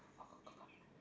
and what